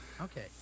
Okay